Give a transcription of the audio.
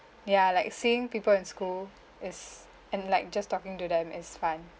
ya like seeing people in school is and like just talking to them is fun